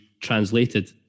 translated